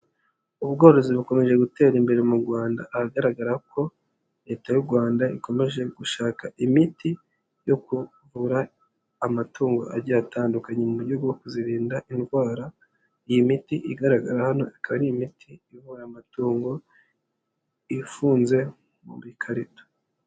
Ubworozi bukomeje gutera imbere mu Rwanda, ahagaragara ko leta y'u Rwanda ikomeje gushaka imiti yo kuvura amatungo agiye atandukanye mu buryo bwo kuzirinda indwara, iyi miti igaragara hano ikaba ari imiti ivura amatungo ifunze mu bikarito.